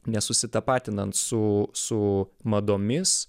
nesusitapatinant su su madomis